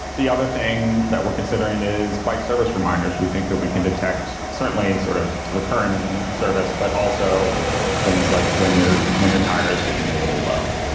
the other thing that we're considering is bike service reminders. we think that we can detect certainly sort of recurring service, but also things like when your when your tire is getting a little low.